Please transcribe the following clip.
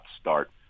start